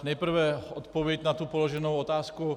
Nejprve odpověď na tu položenou otázku.